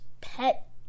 Pet